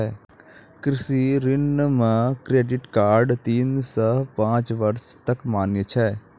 कृषि ऋण मह क्रेडित कार्ड तीन सह पाँच बर्ष तक मान्य छै